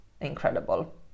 incredible